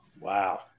Wow